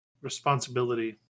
Responsibility